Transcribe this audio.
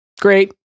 great